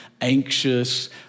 anxious